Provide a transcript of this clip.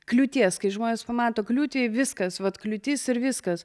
kliūties kai žmonės pamato kliūtį viskas vat kliūtis ir viskas